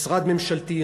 משרד ממשלתי,